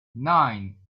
nine